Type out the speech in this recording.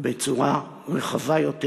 בצורה רחבה יותר,